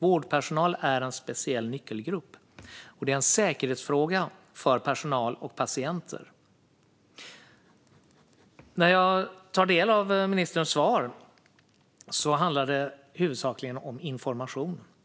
Vårdpersonal är en speciell nyckelgrupp, och det här är en säkerhetsfråga för personal och patienter. När jag tar del av ministerns svar hör jag att det huvudsakligen handlar om information.